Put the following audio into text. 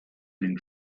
den